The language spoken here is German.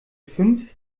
fünf